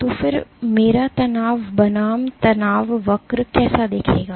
तो फिर मेरा तनाव बनाम तनाव वक्र कैसे दिखेगा